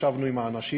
ישבנו עם האנשים,